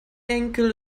enkel